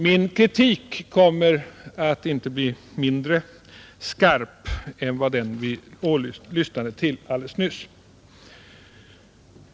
Min kritik kommer inte att bli mindre skarp än den vi lyssnade till alldeles nyss.